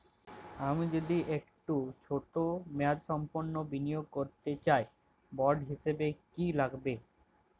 আমি যদি একটু ছোট মেয়াদসম্পন্ন বিনিয়োগ করতে চাই বন্ড হিসেবে কী কী লাগবে?